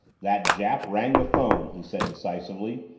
that jap rang the phone, he said decisively.